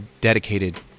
dedicated